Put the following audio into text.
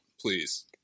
please